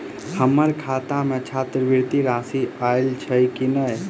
हम्मर खाता मे छात्रवृति राशि आइल छैय की नै?